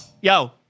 Yo